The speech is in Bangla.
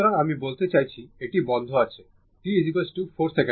সুতরাং আমি বলতে চাইছি এটি বন্ধ আছে t 4 সেকেন্ডে